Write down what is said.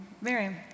Miriam